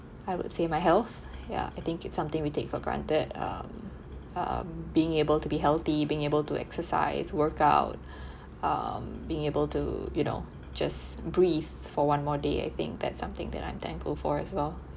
I would say my health ya I think it's something we take for granted um um being able to be healthy being able to exercise workout um being able to you know just breathe for one more day I think that's something that I'm thankful for as well